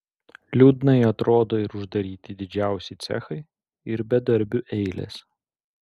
liūdnai atrodo ir uždaryti didžiausi cechai ir bedarbių eilės